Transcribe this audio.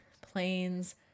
planes